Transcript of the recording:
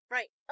Right